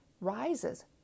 rises